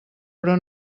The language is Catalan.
però